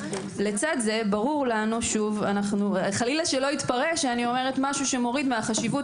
לצד זה ברור לנו חלילה שלא יתפרש שאני אומרת משהו שמוריד מהחשיבות